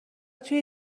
توی